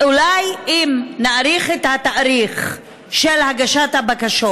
אולי אם נאריך את התאריך של הגשת הבקשות